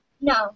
No